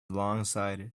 longsighted